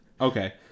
Okay